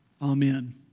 Amen